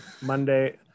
Monday